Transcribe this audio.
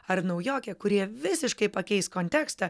ar naujokė kurie visiškai pakeis kontekstą